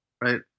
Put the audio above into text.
Right